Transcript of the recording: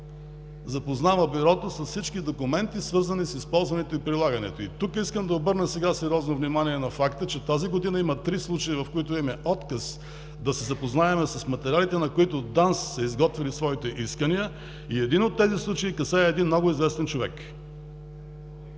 запознава Бюрото с всички документи, свързани с използването и прилагането им.“ Искам тук да обърна сега сериозно внимание на факта, че тази година има три случая, в които имаме „отказ“ да се запознаем с материалите, на които ДАНС са изготвили своите искания, и един от тези случаи касае един много известен човек.